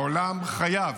העולם חייב